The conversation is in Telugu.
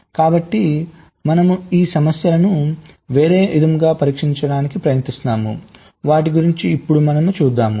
కాబట్టి మనము ఈ సమస్యలను వేరే విధంగా పరిష్కరించడానికి ప్రయత్నిస్తాము దానిని చూద్దాం